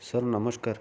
sir नमस्कार